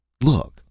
Look